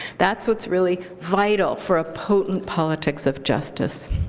that's what's really vital for a potent politics of justice.